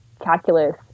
calculus